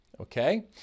okay